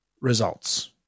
results